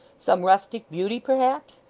some rustic beauty perhaps?